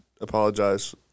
apologize